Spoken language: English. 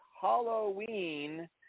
Halloween